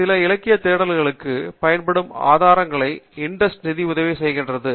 சில இலக்கிய தேடல்களுக்கு பயன்படும் ஆதாரங்களுக்கு INDEST நிதி உதவி செய்கிறது